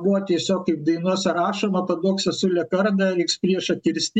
buvo tiesiog kaip dainose rašoma paduok sesule kardą reiks priešą kirsti